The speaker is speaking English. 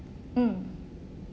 mm